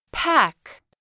Pack